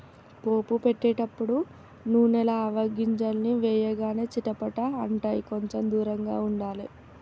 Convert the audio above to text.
పోపు పెట్టేటపుడు నూనెల ఆవగింజల్ని వేయగానే చిటపట అంటాయ్, కొంచెం దూరంగా ఉండాలే